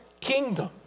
kingdom